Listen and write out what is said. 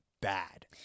bad